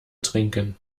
trinken